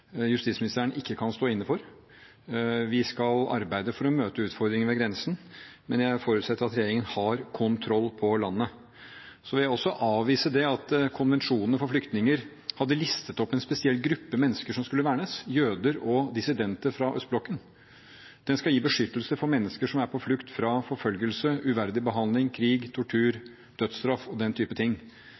justisministeren ikke kan stå inne for. Vi skal arbeide for å møte utfordringene ved grensen, men jeg forutsetter at regjeringen har kontroll på landet. Så vil jeg også avvise at flyktningkonvensjonen hadde listet opp en spesiell gruppe mennesker som skulle vernes, jøder og dissidenter fra østblokken. Den skal gi beskyttelse til mennesker som er på flukt fra forfølgelse, uverdig behandling, krig, tortur, dødsstraff og den type ting.